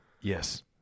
Yes